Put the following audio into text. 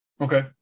Okay